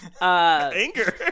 Anger